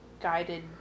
guided